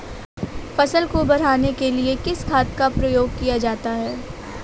फसल को बढ़ाने के लिए किस खाद का प्रयोग किया जाता है?